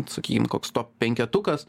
sakykim koks top penketukas